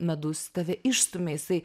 medus tave išstumia jisai